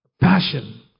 Passion